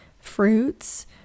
fruits